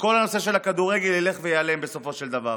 כל הנושא של הכדורגל ילך וייעלם בסופו של דבר.